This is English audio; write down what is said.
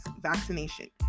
vaccination